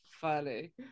funny